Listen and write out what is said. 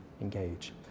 engage